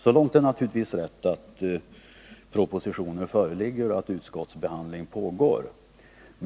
Så långt är det naturligtvis rätt, att propositioner föreligger och att utskottbehandling pågår.